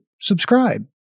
subscribe